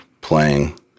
playing